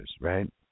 right